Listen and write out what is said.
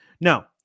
Now